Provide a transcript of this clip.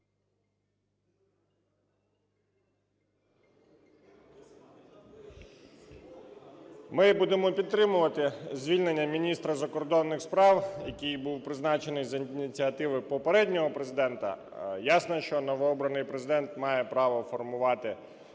Ми будемо підтримувати звільнення міністра закордонних справ, який був призначений за ініціативи попереднього Президента. Ясно, що новообраний Президент має право формувати